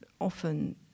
often